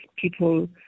people